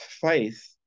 faith